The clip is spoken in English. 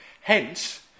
Hence